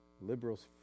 Liberals